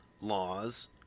laws